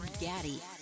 Gaddy